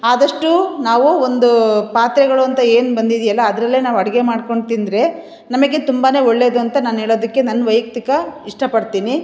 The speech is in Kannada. ಆದಷ್ಟು ನಾವು ಒಂದು ಪಾತ್ರೆಗಳು ಅಂತ ಏನು ಬಂದಿದ್ಯಲ್ಲ ಅದರಲ್ಲೇ ನಾವು ಅಡುಗೆ ಮಾಡ್ಕೊಂಡು ತಿಂದರೆ ನಮಗೆ ತುಂಬಾ ಒಳ್ಳೆಯದು ಅಂತ ನಾನು ಹೇಳೋದಿಕ್ಕೆ ನನ್ನ ವೈಯಕ್ತಿಕ ಇಷ್ಟಪಡ್ತೀನಿ